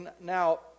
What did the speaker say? Now